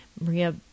Maria